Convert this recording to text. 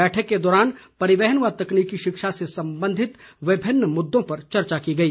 बैठक के दौरान परिवहन व तकनीकी शिक्षा से संबंधित विभिन्न मुद्दों पर चर्चा की गई